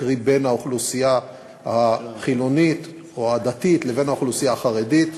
קרי בין האוכלוסייה החילונית או הדתית לבין האוכלוסייה החרדית,